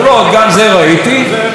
הוא דיבר על דברים יפים מאוד,